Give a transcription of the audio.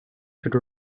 could